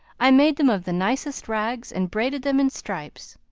i made them of the nicest rags, and braided them in stripes.